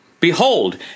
Behold